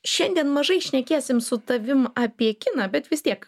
šiandien mažai šnekėsim su tavim apie kiną bet vis tiek